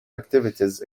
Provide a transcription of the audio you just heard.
activities